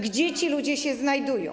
Gdzie ci ludzie się znajdują?